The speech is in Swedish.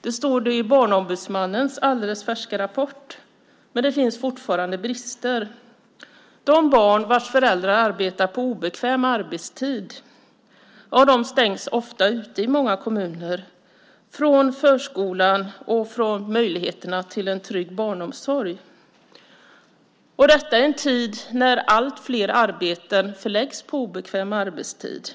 Det står det i Barnombudsmannens alldeles färska rapport. Men det finns fortfarande brister. De barn vars föräldrar arbetar på obekväm arbetstid stängs i många kommuner ute från förskolan och från möjligheten till en trygg barnomsorg, detta i en tid när allt fler arbeten förläggs på obekväm arbetstid.